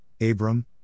Abram